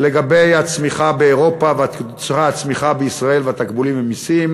לגבי הצמיחה בישראל והתקבולים ממסים.